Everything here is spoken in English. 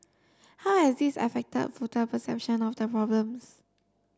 how has this affected voter perception of the problems